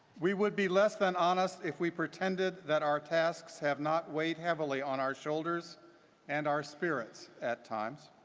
we would be less than honest if we pretended that our tasks have not weighed heavily on our shoulders and our spirits at times.